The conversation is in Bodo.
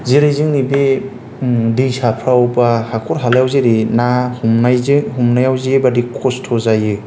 जेरै जोंनि बे दैसाफोरावबा हाखर हालायाव जैरै ना हमनायाव जेबायदि खस्थ' जायो